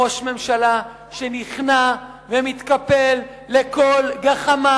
ראש ממשלה שנכנע ומתקפל לכל גחמה,